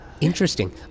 Interesting